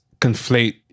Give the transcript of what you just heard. conflate